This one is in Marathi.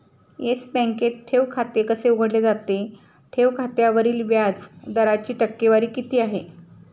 येस बँकेत ठेव खाते कसे उघडले जाते? ठेव खात्यावरील व्याज दराची टक्केवारी किती आहे?